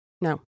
No